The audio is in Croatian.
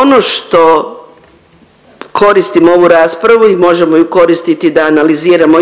ono što koristim ovu raspravu i možemo ju koristiti da analiziramo